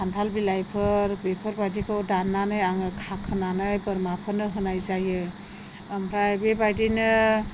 खान्थाल बिलाइफोर बेफोरबादिखौ दाननानै आङो खाखोनानै बोरमाफोरनो होनाय जायो ओमफ्राय बेबायदिनो